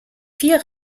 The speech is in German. vier